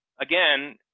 again